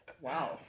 Wow